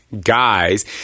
guys